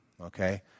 okay